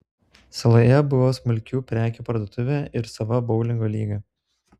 saloje buvo smulkių prekių parduotuvė ir sava boulingo lyga